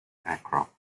aircraft